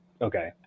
okay